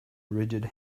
rigid